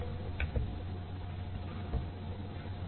तो हम एक मल्टी एंटीना चैनल ऐस्टीमेशन के उदाहरण से शुरुआत करते हैं